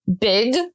big